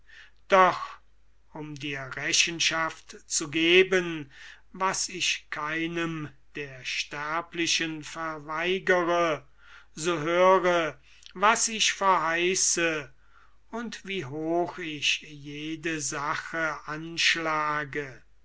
doch um dir rechenschaft zu geben was ich keinem der sterblichen verweigere so höre was ich verheiße und wie hoch ich jede sache anschlage